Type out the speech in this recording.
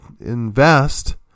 invest